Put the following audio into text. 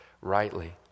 rightly